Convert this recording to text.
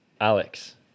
Alex